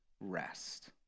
rest